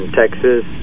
texas